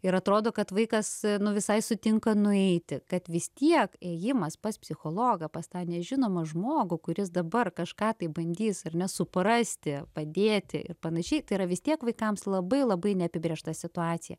ir atrodo kad vaikas visai sutinka nueiti kad vis tiek ėjimas pas psichologą pas tą nežinomą žmogų kuris dabar kažką taip bandys ar ne suprasti padėti ir panašiai tai yra vis tiek vaikams labai labai neapibrėžta situacija